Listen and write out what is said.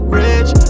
rich